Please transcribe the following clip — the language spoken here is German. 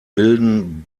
wilden